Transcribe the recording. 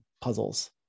puzzles